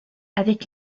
avec